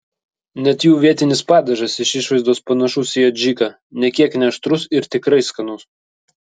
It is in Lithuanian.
net jų vietinis padažas iš išvaizdos panašus į adžiką nė kiek neaštrus ir tikrai skanus